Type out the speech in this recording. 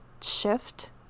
shift